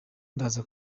ndaza